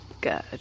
Good